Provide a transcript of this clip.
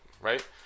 right